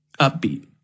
upbeat